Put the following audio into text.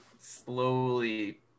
slowly